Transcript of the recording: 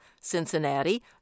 Cincinnati